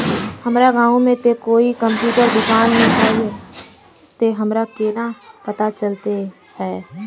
हमर गाँव में ते कोई कंप्यूटर दुकान ने है ते हमरा केना पता चलते है?